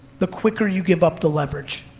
the quicker you give up the leverage.